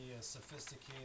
sophisticated